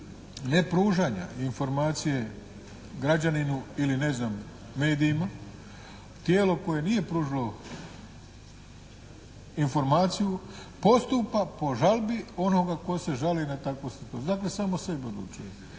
nepružanja informacije građaninu ili ne znam medijima tijelo koje nije pružilo informaciju postupa po žalbi onoga tko se žali na takvu situaciju, dakle samo o sebi